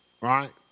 right